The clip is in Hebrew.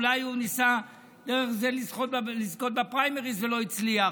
אולי הוא ניסה דרך זה לזכות בפריימריז ולא הצליח,